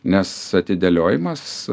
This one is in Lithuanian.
nes atidėliojimas